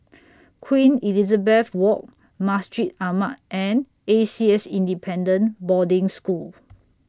Queen Elizabeth Walk Masjid Ahmad and A C S Independent Boarding School